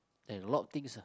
and a lot things ah